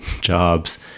Jobs